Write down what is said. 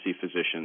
physicians